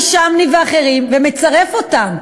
לא נכונים בסוף והם מחלישים את מדינת ישראל.